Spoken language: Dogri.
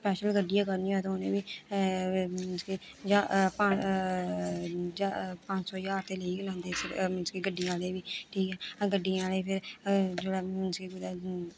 स्पैशल गड्डी गै करनी होए ते उ'नें बी मींस कि पंज सौ ज्हार ते लेई गै लैंदे मींस कि गड्डी आह्ले बी ठीक ऐ गड्डी आह्ले फिर जेल्लै मींस कि कुतै